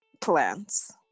plants